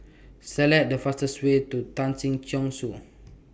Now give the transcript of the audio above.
Select The fastest Way to Tan Si Chong Su